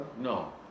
No